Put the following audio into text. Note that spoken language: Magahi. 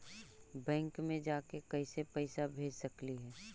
बैंक मे जाके कैसे पैसा भेज सकली हे?